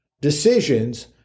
decisions